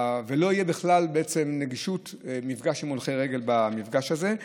ובכלל לא תהיה גישה, מפגש עם הולכי רגל במפגש הזה.